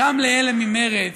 גם לאלה ממרצ,